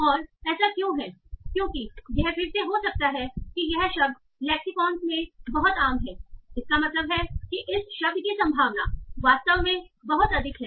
और ऐसा क्यों है क्योंकि यह फिर से हो सकता है कि यह शब्द लेक्सीकौन में बहुत आम है इसका मतलब है कि इस शब्द की संभावना वास्तव में बहुत अधिक है